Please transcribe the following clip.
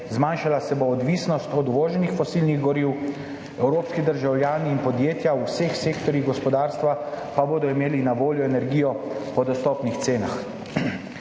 zmanjšala se bo odvisnost od uvoženih fosilnih goriv, evropski državljani in podjetja v vseh sektorjih gospodarstva pa bodo imeli na voljo energijo po dostopnih cenah.